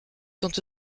sont